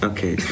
Okay